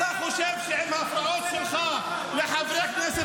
אתה חושב שעם ההפרעות שלך לחברי כנסת